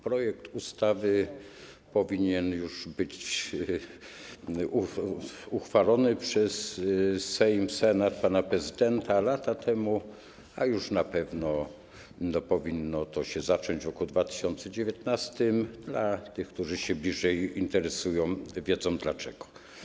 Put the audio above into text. Projekt ustawy powinien być uchwalony przez Sejm, Senat, pana prezydenta już lata temu, a już na pewno powinno to się zacząć w roku 2019, a ci, którzy bliżej się interesują, wiedzą dlaczego.